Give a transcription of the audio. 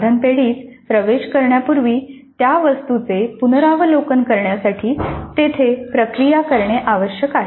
साधन पेढीेत प्रवेश करण्यापूर्वी त्या वस्तूंचे पुनरावलोकन करण्यासाठी तेथे प्रक्रिया करणे आवश्यक आहे